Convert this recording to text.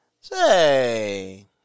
Say